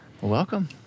Welcome